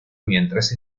mientras